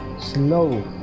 slow